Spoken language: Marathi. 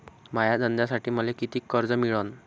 माया धंद्यासाठी मले कितीक कर्ज मिळनं?